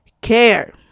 care